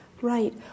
right